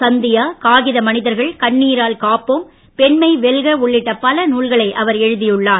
சந்தியா காகித மனிதர்கள் கண்ணீரால் காப்போம் பெண்மை வெல்க உள்ளிட்ட பல நூல்களை அவர் எழுதியுள்ளார்